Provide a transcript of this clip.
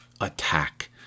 attack